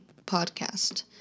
Podcast